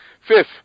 Fifth